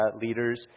leaders